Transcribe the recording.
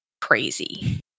crazy